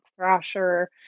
Thrasher